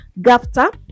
gafta